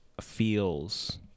feels